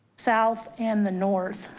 south and the north.